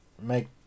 make